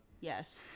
Yes